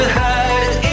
hide